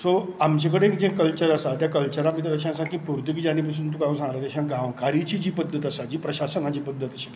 so आमचे कडेन जें कल्चर आसा त्या कल्चरा भितर अशें आसा की पुर्तूगिजांनी पासून तुका हांवें सांगला तशें जी गांवकारीची जी पद्दत आसा जी प्रशासनाची पद्दत आशिल्ली